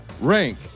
rank